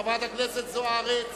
חברת הכנסת זוארץ,